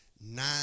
nine